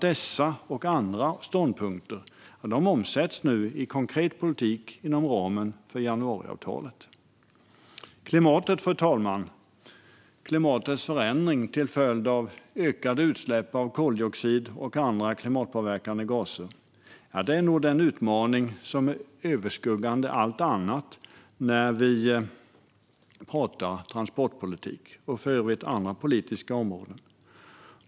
Dessa och andra ståndpunkter omsätts nu i konkret politik inom ramen för januariavtalet. Fru talman! Klimatets förändring till följd av ökade utsläpp av koldioxid och andra klimatpåverkande gaser är nog den utmaning som är överskuggande allt annat när vi pratar transportpolitik, och för övrigt även andra politiska områden.